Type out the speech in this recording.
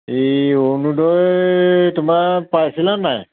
এই অৰুণোদয় তোমাৰ পাইছিলা নে নাই